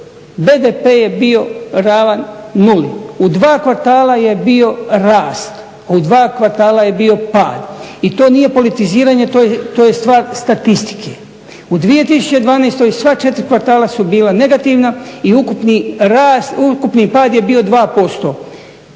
BDP je bio ravan nuli. U dva kvartala je bio rast, u dva kvartala je bio pad i to nije politiziranje. To je stvar statistike. U 2012. sva četiri kvartala su bila negativna i ukupni pad je bio 2%.